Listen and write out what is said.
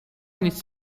nic